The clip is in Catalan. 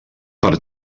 per